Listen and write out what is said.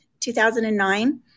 2009